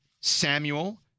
Samuel